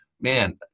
man